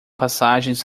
passagens